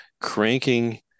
cranking